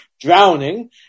drowning